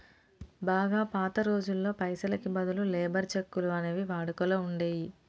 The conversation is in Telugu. బాగా పాత రోజుల్లో పైసలకి బదులు లేబర్ చెక్కులు అనేవి వాడుకలో ఉండేయ్యి